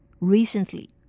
recently